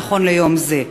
נכון ליום זה.